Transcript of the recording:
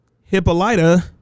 Hippolyta